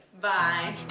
Bye